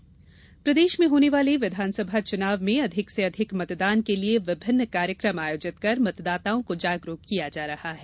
SVEEP अभियान प्रदेश में होने वाले विधानसभा चुनाव में अधिक से अधिक मतदान के लिये विभिन्न कार्यक्रम आयोजित कर मतदाताओं को जागरूक किया जा रहा है